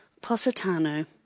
Positano